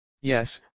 Yes